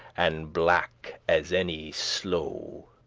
and black as any sloe.